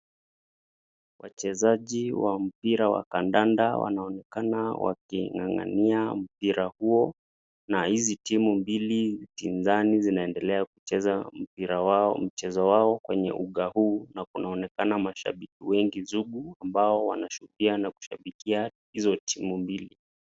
Wachezaji wa mpira wa kadanda wanaoenekana waking'ang'ania mpira huo, na hizi timu mbili pinzani zinaedelea kucheza mpira wao kenye uga huu na kunaonekana mashabiki wengi juu ambao wanashuhudia na kushabikia timu hizo mbili.